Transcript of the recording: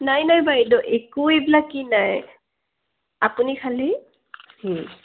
নাই নাই বাইদেউ একো এইবিলাক বাকী নাই আপুনি খালি